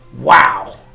Wow